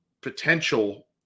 potential